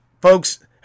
folks